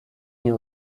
nie